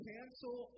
Cancel